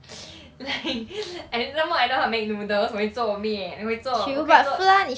like and some more I know how to make noodles 我会做面我会做我可以做